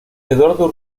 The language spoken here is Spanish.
eduardo